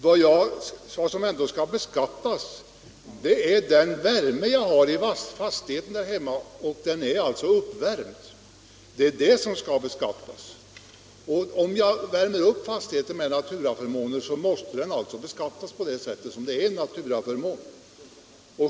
Vad som skall beskattas är den värme man har hemma i sin fastighet — fastigheten är uppvärmd, och det är det som skall beskattas. Om man värmer upp fastigheten med egen ved måste det beskattas för vad det är, nämligen en naturaförmån.